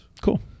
cool